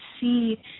see